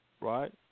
right